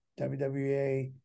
WWE